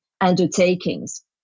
undertakings